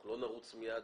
אנחנו לא נרוץ מיד.